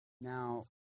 Now